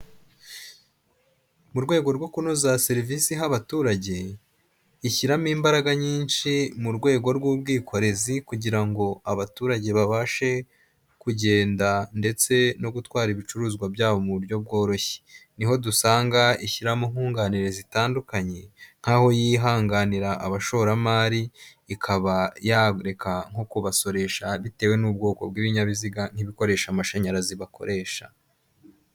Mu rwego rwo kunoza serivisi iha abaturage ishyiramo imbaraga nyinshi mu rwego rw'ubwikorezi kugira ngo abaturage babashe kugenda ndetse no gutwara ibicuruzwa byabo mu buryo bworoshye niho dusanga ishyiramo nkunganire zitandukanye nkaho yihanganira abashoramari ikaba yareka nko kubasoresha bitewe n'ubwoko bw'ibinyabiziga nk'ibikoresha amashanyarazi bakoresha.